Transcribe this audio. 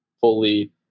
fully